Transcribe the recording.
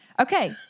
Okay